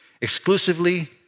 exclusively